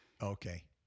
Okay